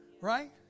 Right